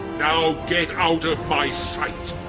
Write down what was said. now get out of my sight!